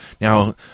Now